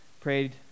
prayed